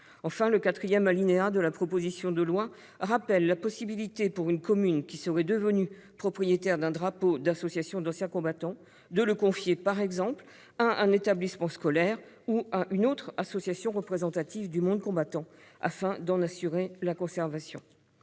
alinéa de l'article unique de la proposition de loi rappelle la possibilité, pour une commune qui serait devenue propriétaire d'un drapeau d'association d'anciens combattants, de le confier, par exemple, à un établissement scolaire ou à une autre association représentative du monde combattant, afin d'en assurer la conservation.